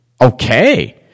okay